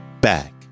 back